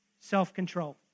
Self-control